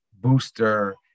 booster